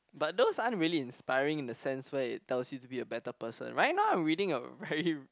but those aren't really inspiring in the sense where it tells you to be a better person right now I'm reading a very